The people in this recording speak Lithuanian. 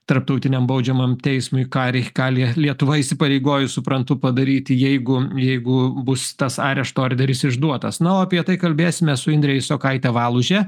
tarptautiniam baudžiamajam teismui karį ką li lietuva įsipareigojo suprantu padaryti jeigu jeigu bus tas arešto orderis išduotas nu o apie tai kalbėsime su indre isokaite valuže